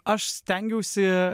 aš stengiausi